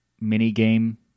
mini-game